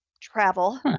Travel